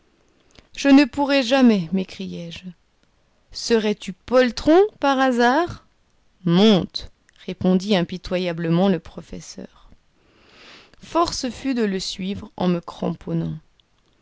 je ne pourrai jamais m'écriai-je serais-tu poltron par hasard monte répondit impitoyablement le professeur force fut de le suivre en me cramponnant